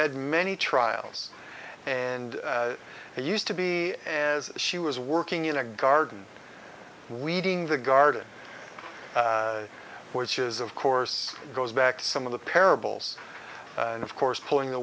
had many trials and they used to be and she was working in a garden weeding the garden which is of course goes back to some of the parables and of course pulling the